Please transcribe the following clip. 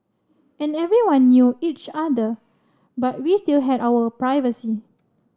and everyone knew each other but we still had our privacy